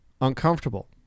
uncomfortable